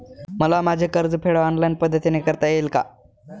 मला माझे कर्जफेड ऑनलाइन पद्धतीने करता येईल का?